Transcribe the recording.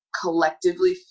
collectively